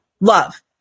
love